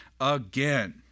again